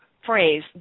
phrase